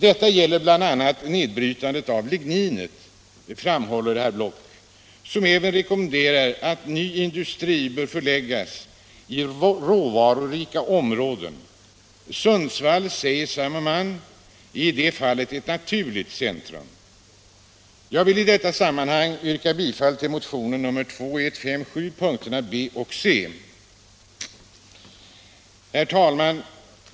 Detta gäller bl.a. nedbrytande av ligninet, framhåller herr Block, som även rekommenderar att ny industri förläggs till råvarurika områden. Sundsvall är, säger samme man, i det fallet ett naturligt centrum. Jag vill i detta sammanhang yrka bifall till yrkandena b och c i motionen 1975/76:2157.